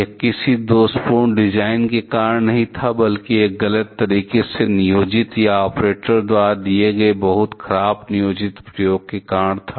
यह किसी दोषपूर्ण डिजाइन के कारण नहीं था बल्कि यह गलत तरीके से नियोजित या ऑपरेटरों द्वारा किए गए बहुत खराब नियोजित प्रयोग के कारण था